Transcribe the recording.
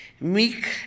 meek